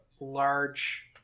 large